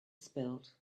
spilled